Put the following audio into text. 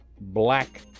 black